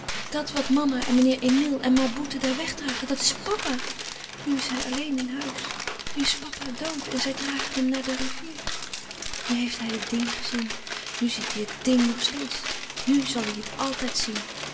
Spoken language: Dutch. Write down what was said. dat wat mama en meneer emile en ma boeten daar wegdragen dat is papa nu is hij alleen in huis nu is papa dood en zij dragen hem naar de rivier nu heeft hij het ding gezien nu ziet hij het ding nog steeds nu zal hij het altijd zien